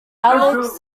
alex